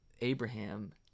Abraham